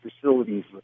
facilities